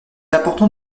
important